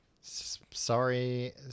Sorry